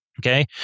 Okay